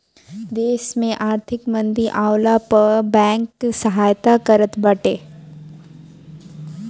देस में आर्थिक मंदी आवला पअ बैंक सहायता करत बाटे